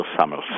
summers